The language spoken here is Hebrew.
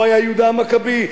פה היה יהודה המכבי,